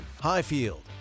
Highfield